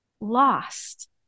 lost